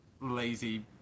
lazy